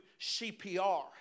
CPR